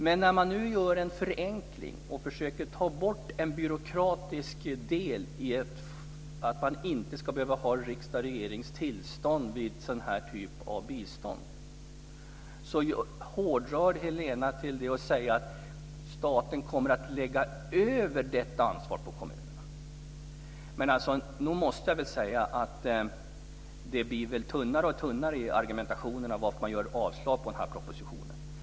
Man när man nu gör en förenkling och försöker ta bort en byråkratisk del så att man inte ska behöva riksdagens och regeringens tillstånd vid den här typen av bistånd hårdrar Helena genom att säga att staten kommer att lägga över detta ansvar på kommunerna. Nog måste jag säga att det blir tunnare och tunnare i argumentationen i fråga om varför man yrkar avslag på den här propositionen.